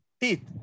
Teeth